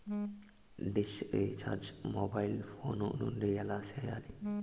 dish recharge mobile phone నుండి ఎలా సేయాలి